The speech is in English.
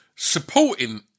Supporting